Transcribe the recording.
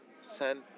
send